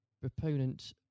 proponent